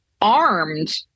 armed